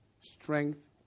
strength